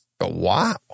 Wow